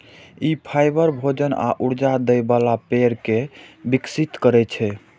ई fibre, भोजन आ ऊर्जा दै बला पेड़ कें विकसित करै छै